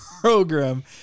program